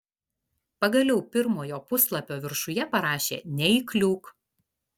pagaliau pirmojo puslapio viršuje parašė neįkliūk